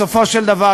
בסופו של דבר,